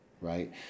right